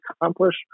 accomplish